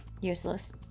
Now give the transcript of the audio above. Useless